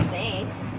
Thanks